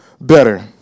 better